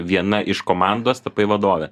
viena iš komandos tapai vadove